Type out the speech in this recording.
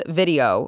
video